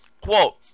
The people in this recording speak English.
quote